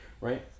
right